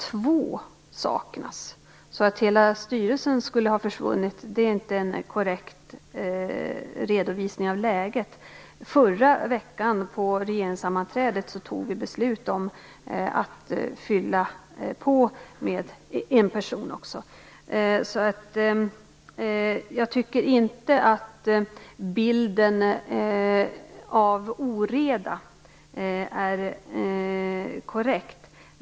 Två saknas. Att hela styrelsen skulle ha försvunnit är inte en korrekt redovisning av läget. På regeringssammanträdet förra veckan fattade vi också beslut om att fylla på med en person. Jag tycker inte att bilden av oreda är korrekt.